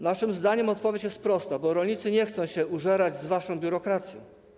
Naszym zdaniem odpowiedź jest prosta: bo rolnicy nie chcą się użerać z waszą biurokracją.